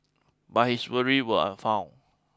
but his worry were unfounded